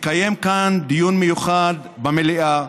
תקיים כאן דיון מיוחד במליאה,